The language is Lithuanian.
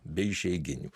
be išeiginių